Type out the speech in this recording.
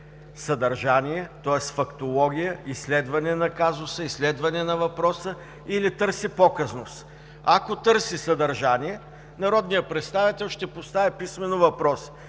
съдържание, тоест фактология, изследване на казуса, изследване на въпроса или търси показност? Ако търси съдържание, народният представител ще поставя писмено въпроси